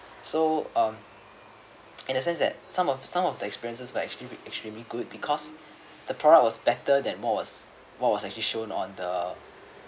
so um in a sense that some of some of the experiences are like extremely are extremely good because the products was better than more was more was actually shown on the